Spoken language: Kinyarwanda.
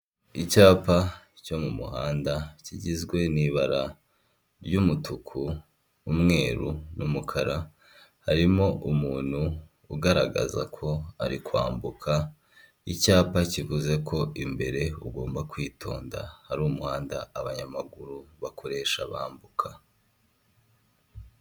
Icyapa cyo mu muhanda, kigizwe n'ibara ry'umutuku, n'umweru, n'umukara, harimo umuntu ugaragaza ko ari kwambuka, icyapa kivuze ko imbere ugomba kwitonda, hari umuhanda abanyamaguru bakoresha bambuka.